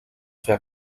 fer